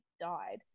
died